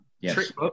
yes